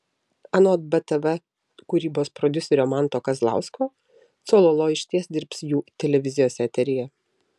anot btv kūrybos prodiuserio manto kazlausko cololo išties dirbs jų televizijos eteryje